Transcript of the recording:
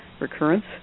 recurrence